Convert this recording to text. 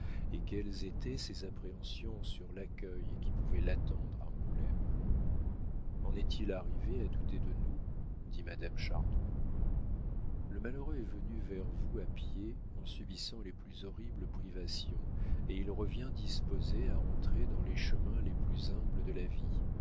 et quelles étaient ses appréhensions sur l'accueil qui pouvait l'attendre à angoulême en est-il arrivé à douter de nous dit madame chardon le malheureux est venu vers vous à pied en subissant les plus horribles privations et il revient disposé à entrer dans les chemins les plus humbles de la vie